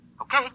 Okay